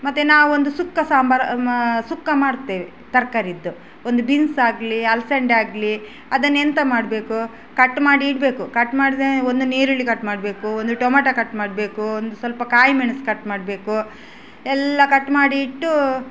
ಮತ್ತು ನಾವೊಂದು ಸುಕ್ಕ ಸಾಂಬಾರು ಸುಕ್ಕ ಮಾಡ್ತೇವೆ ತರ್ಕಾರಿಯದ್ದು ಒಂದು ಬೀನ್ಸ್ ಆಗಲಿ ಹಲ್ಸಂದೆ ಆಗಲಿ ಅದನ್ನ ಎಂತ ಮಾಡಬೇಕು ಕಟ್ ಮಾಡಿ ಇಡಬೇಕು ಕಟ್ ಮಾಡಿದ ಒಂದು ಈರುಳ್ಳಿ ಕಟ್ ಮಾಡಬೇಕು ಒಂದು ಟೊಮೆಟೊ ಕಟ್ ಮಾಡಬೇಕು ಒಂದು ಸ್ವಲ್ಪ ಕಾಯಿ ಮೆಣಸು ಕಟ್ ಮಾಡಬೇಕು ಎಲ್ಲ ಕಟ್ ಮಾಡಿ ಇಟ್ಟು